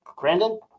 Brandon